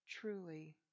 Truly